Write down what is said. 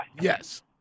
Yes